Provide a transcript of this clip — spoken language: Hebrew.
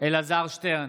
אלעזר שטרן,